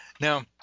now